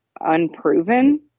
unproven